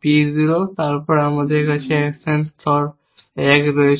P 0 তারপর আমাদের কাছে অ্যাকশন স্তর 1 রয়েছে